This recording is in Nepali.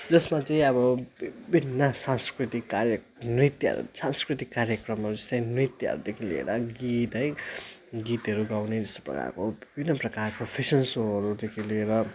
जसमा चाहिँ अब विभिन्न सांस्कृतिक कार्य नृत्यहरू सांस्कृतिक कार्यक्रमहरू जस्तै नृत्यहरूदेखि लिएर गीत है गीतहरू गाउने जस्तै प्रकारको विभिन्न प्रकारको फेसन सोहरूदेखि लिएर